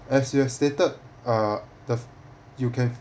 as you have stated uh the you can